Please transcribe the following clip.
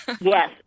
Yes